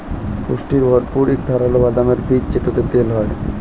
পুষ্টিতে ভরপুর ইক ধারালের বাদামের বীজ যেটতে তেল হ্যয়